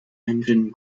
engine